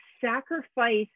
sacrifice